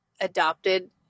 adopted